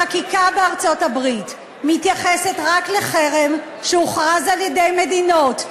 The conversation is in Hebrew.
החקיקה בארצות-הברית מתייחסת רק לחרם שהוכרז על-ידי מדינות,